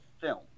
film